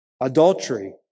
Adultery